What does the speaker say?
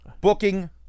booking